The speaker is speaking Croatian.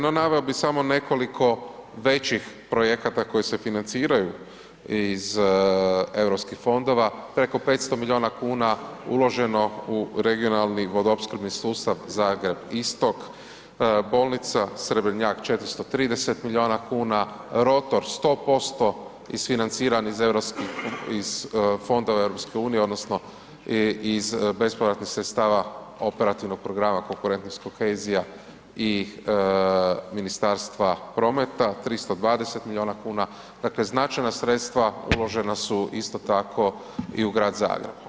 No naveo bih samo nekoliko većih projekata koji se financiraju iz europskih fondova, preko 500 milijuna kuna uloženo u regionalni vodoopskrbni sustav Zagreb-Istok, Bolnica Srebrnjak 430 milijuna kuna, rotor 100% isfinanciran iz fondova EU odnosno iz bespovratnih sredstava Operativnog programa Konkurentnost i kohezija i Ministarstva prometa 320 milijuna kuna, dakle, značajna sredstva uložena su isto tako i u grad Zagreb.